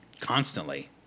constantly